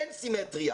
אין סימטריה.